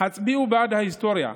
הצביעו בעד ההיסטוריה,